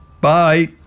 Bye